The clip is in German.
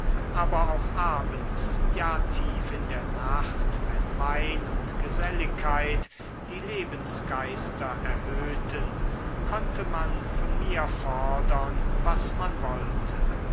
aber auch abends ja tief in die nacht wenn wein und geselligkeit die lebensgeister erhöhten konnte man von mir fordern was man wollte